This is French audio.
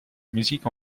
musique